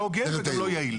לא הוגן ולא יעיל.